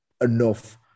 enough